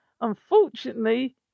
Unfortunately